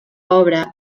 obra